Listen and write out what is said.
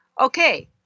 okay